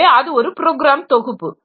எனவே அது ஒரு ப்ரோக்ராம் தொகுப்பு